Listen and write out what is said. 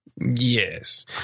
Yes